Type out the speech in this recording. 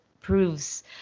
proves